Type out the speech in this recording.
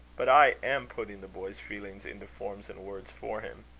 but i am putting the boy's feelings into forms and words for him.